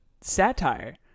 satire